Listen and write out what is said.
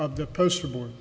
of the poster board